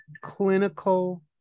clinical